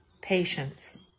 patience